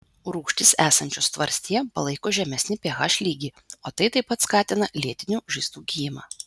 rūgštys esančios tvarstyje palaiko žemesnį ph lygį o tai taip pat skatina lėtinių žaizdų gijimą